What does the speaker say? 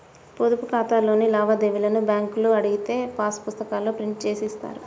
పొదుపు ఖాతాలోని లావాదేవీలను బ్యేంకులో అడిగితే పాసు పుస్తకాల్లో ప్రింట్ జేసి ఇస్తారు